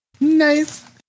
Nice